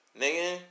nigga